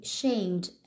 shamed